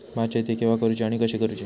भात शेती केवा करूची आणि कशी करुची?